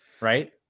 right